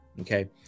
Okay